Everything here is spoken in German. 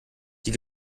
die